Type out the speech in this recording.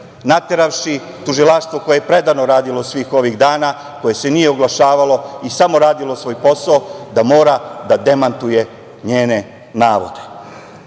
nateravši tužilaštvo koje je predano radilo svih ovih dana, koje se nije oglašavalo i samo radilo svoj posao, da mora da demantuje njene navode.Zašto